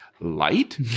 light